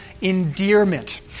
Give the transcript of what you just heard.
endearment